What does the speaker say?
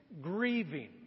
Grieving